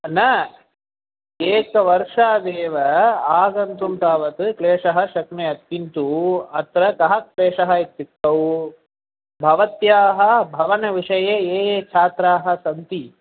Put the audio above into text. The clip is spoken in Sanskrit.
न एकवर्षादेव आगन्तुं तावत् क्लेशः शक्नुयात् किन्तु अत्र कः क्लेशः इत्युक्तौ भवत्याः भवनविषये ये ये छात्राः सन्ति